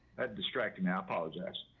distracted now apologize.